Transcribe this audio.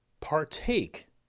partake